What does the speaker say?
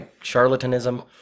charlatanism